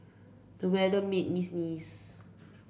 the weather made me sneeze